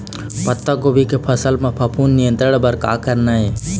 पत्तागोभी के फसल म फफूंद नियंत्रण बर का करना ये?